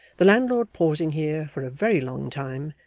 the landlord pausing here for a very long time,